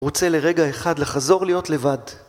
רוצה לרגע אחד לחזור להיות לבד?